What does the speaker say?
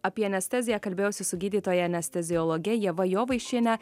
apie anesteziją kalbėjausi su gydytoja anesteziologe ieva jovaišiene